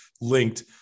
linked